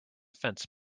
fence